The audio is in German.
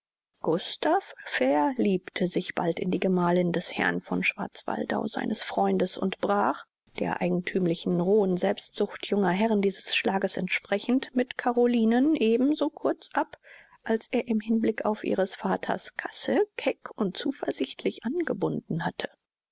gustav verliebte sich bald in die gemalin des herrn von schwarzwaldau seines freundes und brach der eigenthümlichen rohen selbstsucht junger herren dieses schlages entsprechend mit carolinen eben so kurz ab als er im hinblick auf ihres vaters casse keck und zuversichtlich angebunden hatte